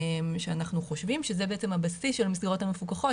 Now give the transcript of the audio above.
שאנחנו חושבים שזה בעצם הבסיס של המסגרות המפוקחות,